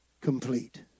complete